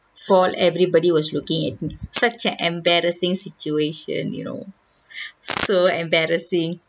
fall everybody was looking at me such an embarrassing situation you know so embarrassing